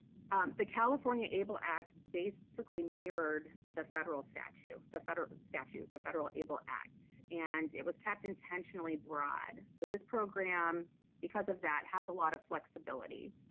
the california able act basically mirrored the federal statue the federal statute, the federal able act, and it was kept intentionally broad so this program because of that has a lot of flexibility.